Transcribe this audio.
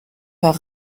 par